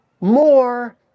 more